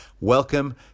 Welcome